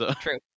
True